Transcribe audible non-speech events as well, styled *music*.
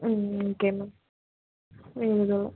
ம் okay ma'am *unintelligible*